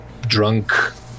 drunk